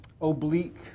oblique